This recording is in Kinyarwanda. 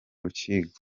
rukiko